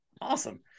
Awesome